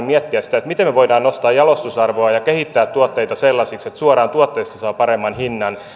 miettiä sitä miten voimme nostaa jalostusarvoa ja kehittää tuotteita sellaisiksi että suoraan tuotteesta saa paremman hinnan